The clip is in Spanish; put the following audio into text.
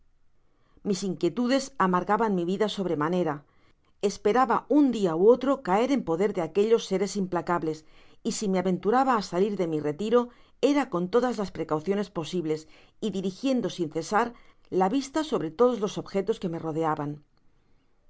mis inquietudes amargaban mi vida sobre manera esperaba un dia ú otro caer en poder de aquellos seres implacables y si me aventuraba á salir de mi retiro era con todas las precauciones posibles y dirigiendo sin cesar la vista sobre todos los objetos que me rotdeaban